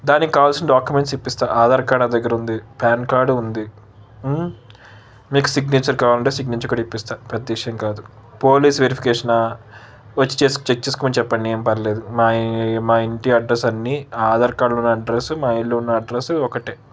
దానికి కావాల్సిన డాక్యుమెంట్స్ ఇప్పిస్తా ఆధార్ కార్డ్ నా దగ్గర ఉంది ప్యాన్కార్డ్ ఉంది మీకు సిగ్నేచర్ కావాలంటే సిగ్నేచర్ కూడా ఇప్పిస్తా పెద్ద విషయం కాదు పోలీస్ వెరిఫికేషనా వచ్చి చేసుకో చెక్ చేసుకోమని చెప్పండి ఏం పర్లేదు మా మా ఇంటి అడ్రస్ అన్నీ ఆధారు కార్డులో ఉన్న అడ్రస్సు మా ఇల్లు ఉన్న అడ్రస్సు ఒకటే